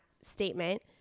statement